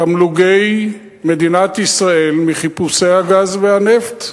תמלוגי מדינת ישראל מחיפושי הגז והנפט,